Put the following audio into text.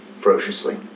ferociously